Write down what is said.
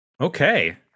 Okay